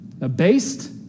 abased